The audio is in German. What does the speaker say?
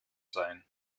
sein